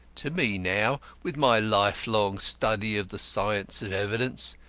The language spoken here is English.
to me now, with my lifelong study of the science of evidence,